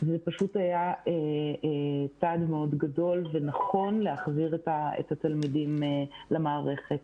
זה פשוט היה צעד גדול ונכון להחזיר את התלמידים למערכת.